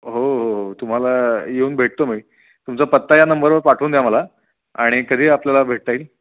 हो हो हो तुम्हाला येऊन भेटतो मी तुमचा पत्ता या नंबरवर पाठवून द्या मला आणि कधी आपल्याला भेटता येईल